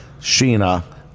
Sheena